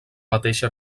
mateixa